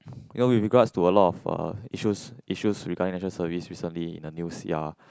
you know with regards to a lot of uh issues issues regarding National Service recently in the news ya